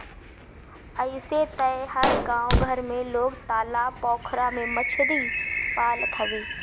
अइसे तअ हर गांव घर में लोग तालाब पोखरा में मछरी पालत हवे